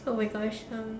oh my gosh um